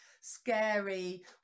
scary